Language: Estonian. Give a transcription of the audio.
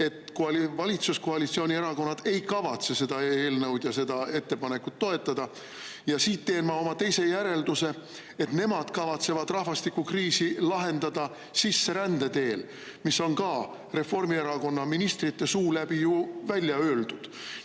et valitsuskoalitsiooni erakonnad ei kavatse seda eelnõu ja seda ettepanekut toetada. Ja siit teen ma teise järelduse, et nemad kavatsevad rahvastikukriisi lahendada sisserände teel, mis on Reformierakonna ministrite suu läbi ju ka välja öeldud.